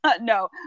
No